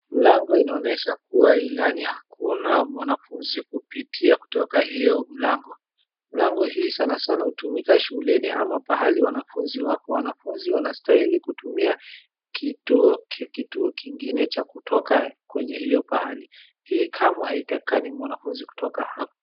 Mlango inaonyesha kuwa ilani hakuna mwanafunzi hupitia kutoka hiyo mlango. Mlango hii sana sana hutumika shuleni ama pahali wanafunzi wapo. Wanafunzi wanastahili kutumia kituo, kituo kingine cha kutoka kwenye hiyo pahali. Hii kamwe haitakikani mwanafunzi kutoka hapo.